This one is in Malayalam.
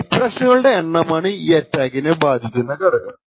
ഇറ്ററേഷനുകളുടെ എണ്ണമാണ് ഈ അറ്റാക്കിനെ ബാധിക്കുന്ന ഘടകം